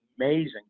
amazing